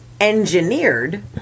engineered